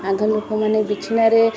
ଆଗ ଲୋକମାନେ ବିଞ୍ଛଣାରେ